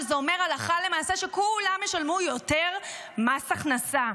שזה אומר הלכה למעשה שכולם ישלמו יותר מס הכנסה,